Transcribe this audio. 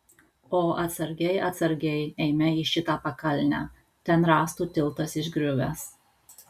o atsargiai atsargiai eime į šitą pakalnę ten rąstų tiltas išgriuvęs